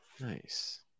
Nice